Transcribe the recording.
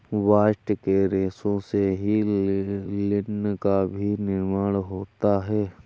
bast के रेशों से ही लिनन का भी निर्माण होता है